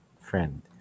friend